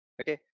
okay